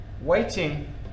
waiting